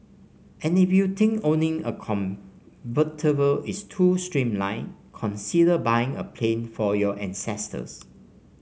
and if you think owning a convertible is too mainstream consider buying a plane for your ancestors